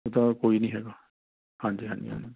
ਪਤਾ ਕੋਈ ਨਹੀਂ ਹੈਗਾ ਹਾਂਜੀ ਹਾਂਜੀ ਹਾਂਜੀ